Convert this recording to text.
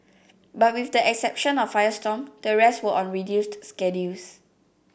but with the exception of Firestorm the rest were on reduced schedules